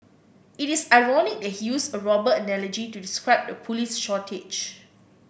it is ironic that he used a robber analogy to describe the police shortage